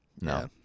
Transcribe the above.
no